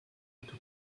into